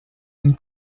une